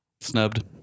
Snubbed